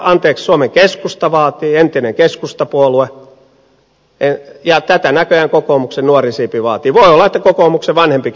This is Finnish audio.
tätä suomen keskusta vaatii entinen keskustapuolue ja tätä näköjään kokoomuksen nuori siipi vaatii voi olla että kokoomuksen vanhempikin siipi